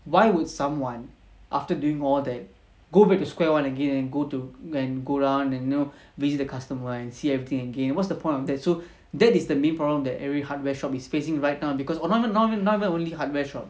why would someone after doing all that go back to square one again and go to and go round and you know waste the customer and see everything again what's the point of that so that is the main problem that every hardware shop is facing right now because oh not not even only hardware shop